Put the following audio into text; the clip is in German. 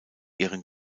ihren